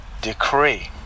decree